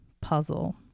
puzzle